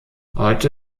heute